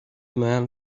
man